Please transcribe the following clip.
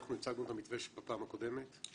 אנחנו הצגנו את המתווה בפעם הקודמת.